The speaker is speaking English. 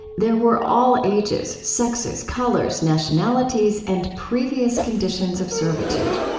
there were all ages, sexes, colors, nationalities and previous conditions of servitude.